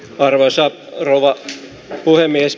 arvoisa rouva puhemies